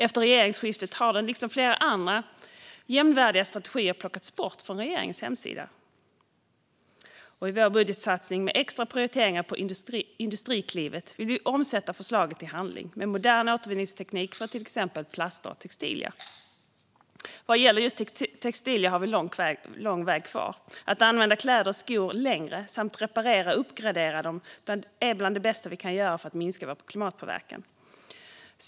Efter regeringsskiftet har den, liksom flera andra likvärdiga strategier, plockats bort från regeringens hemsida. I vår budgetsatsning med extra prioriteringar på Industriklivet vill vi omsätta förslagen till handling med modern återvinningsteknik för till exempel plaster och textilier. Vad gäller textilier har vi lång väg kvar. Att använda kläder och skor längre samt reparera och uppgradera dem är bland det bästa vi kan göra för att minska vår klimatpåverkan.